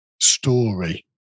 story